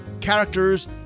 characters